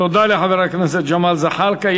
תודה לחבר הכנסת ג'מאל זחאלקה.